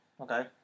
Okay